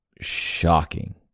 shocking